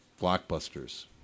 Blockbusters